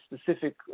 specific